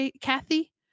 kathy